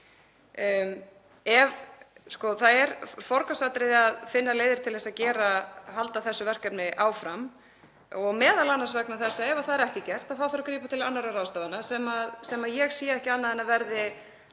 Það er forgangsatriði að finna leiðir til að halda þessu verkefni áfram, m.a. vegna þess að ef það er ekki gert þá þarf að grípa til annarra ráðstafana sem ég sé ekki annað en að verði